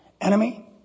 Enemy